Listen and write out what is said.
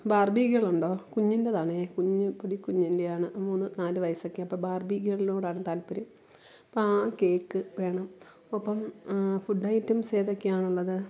Barbie girl ഉണ്ടോ കുഞ്ഞിൻ്റെതാണ് കുഞ്ഞ് പൊടി കുഞ്ഞിൻ്റെയാണ് മൂന്ന് നാല് വയസൊക്കെ അപ്പോൾ ബാർബി ഗേളിനോടാണ് താൽപ്പര്യം അപ്പം ആ കേക്ക് വേണം ഒപ്പം ഫുഡ് ഐറ്റംസ് ഏതൊക്കെയാണുള്ളത്